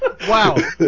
Wow